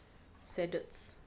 standards